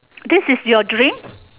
this is your dream